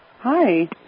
Hi